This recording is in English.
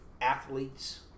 athletes